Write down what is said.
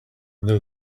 though